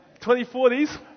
2040s